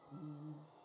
um